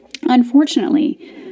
Unfortunately